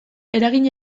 eragin